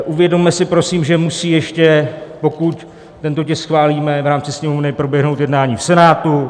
Uvědomme si prosím, že musí ještě, pokud tento tisk schválíme v rámci Sněmovny, proběhnout jednání v Senátu.